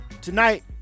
tonight